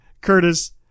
Curtis